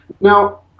Now